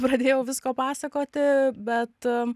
pradėjau visko pasakoti bet